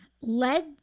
Led